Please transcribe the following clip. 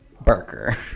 Barker